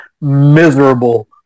miserable